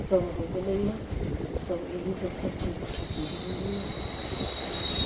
सब हो गेलैया सब एहि सबसे ठीक ठाक भए गेलैया